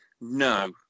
No